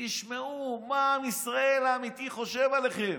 תשמעו מה עם ישראל האמיתי חושב עליכם,